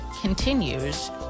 continues